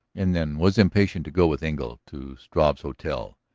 and then was impatient to go with engle to struve's hotel.